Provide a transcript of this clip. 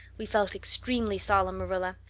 we felt extremely solemn, marilla.